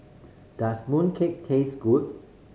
does mooncake taste good